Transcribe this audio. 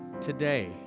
Today